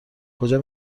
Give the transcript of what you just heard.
کجا